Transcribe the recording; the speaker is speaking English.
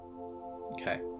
Okay